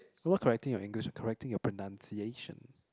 I'm not correcting your English I'm correcting your pronunciation